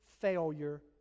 failure